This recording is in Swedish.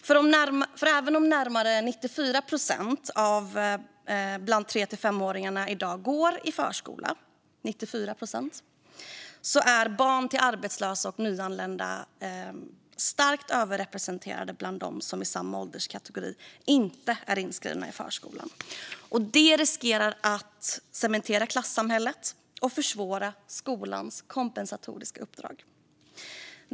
För även om närmare 94 procent bland tre till femåringarna i dag går i förskola är barn till arbetslösa och nyanlända starkt överrepresenterade bland dem som i samma ålderskategori inte är inskrivna i förskolan. Det riskerar att cementera klassamhället och försvåra skolans kompensatoriska uppdrag.